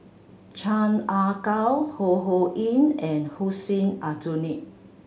Chan Ah Gao Ho Ho Ying and Hussein Aljunied